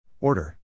Order